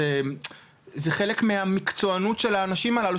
זה חלק מהמקצוענות של האנשים הללו,